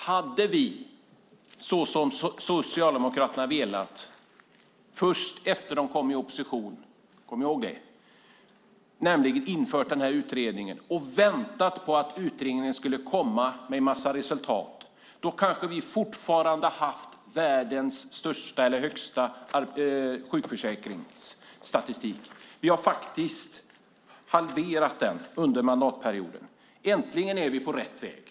Hade vi, såsom Socialdemokraterna velat, först efter att de kom i opposition - kom ihåg det! - infört den utredningen och väntat på att utredningen skulle komma med en massa resultat kanske vi fortfarande hade haft världens högsta sjukförsäkringsstatistik. Vi har halverat den under mandatperioden. Äntligen är vi på rätt väg.